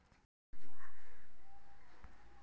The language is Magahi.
हमनी कइसे जान सको हीयइ की फसलबा में फूल लगे वाला हइ?